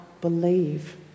believe